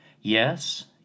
Yes